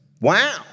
wow